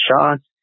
shots